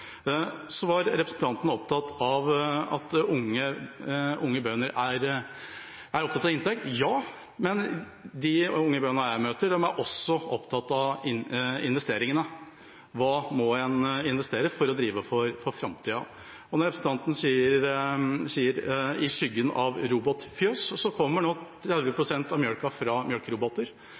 var opptatt av at unge bønder er opptatt av inntekt. Ja, men de unge bøndene jeg møter, er også opptatt av investeringene: Hva må en investere for å drive for framtida? Og når representanten sier «i skyggen av robotfjøs»: 30 pst. av melken kommer nå